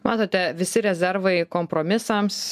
matote visi rezervai kompromisams